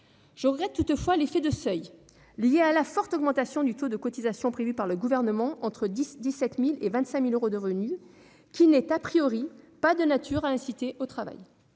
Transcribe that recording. Je regrette toutefois l'effet de seuil lié à la forte augmentation du taux de cotisation prévu par le Gouvernement, entre 17 000 euros et 25 000 euros de revenus. Ce n'est pas de nature à inciter au travail.